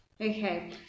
Okay